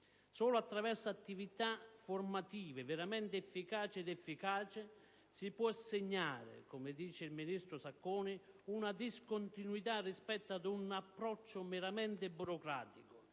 Solo attraverso attività formative veramente effettive ed efficaci si può segnare, come dice il ministro Sacconi, una discontinuità rispetto ad un approccio meramente burocratico